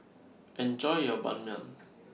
Enjoy your Ban Mian